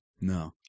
No